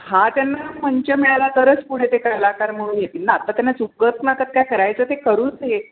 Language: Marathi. हा त्यांना मंच मिळाला तरच पुढे ते कलाकार म्हणून येतील ना आता त्यांना चुकत माकत काय करायचं ते करू दे